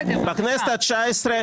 בנוסף לזה, בשתי הכנסות האלה,